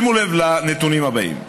שימו לב לנתונים הבאים: